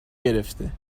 گرفته